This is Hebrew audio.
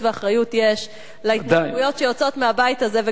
ואחריות יש להתבטאויות שיוצאות מהבית הזה,